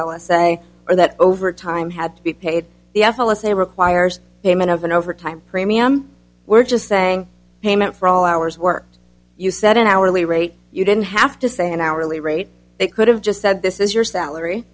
a say or that over time had to be paid the f l s a requires payment of an overtime premium we're just saying payment for all hours worked you set an hourly rate you didn't have to say an hourly rate they could have just said this is your salary